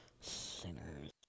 sinners